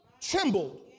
trembled